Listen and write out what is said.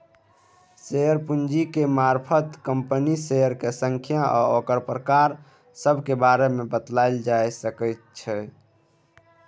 share पूंजीक मारफत कंपनीक शेयरक संख्या आ ओकर प्रकार सभक बारे मे बताएल जाए सकइ जाइ छै